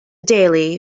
daily